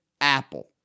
Apple